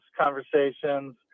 conversations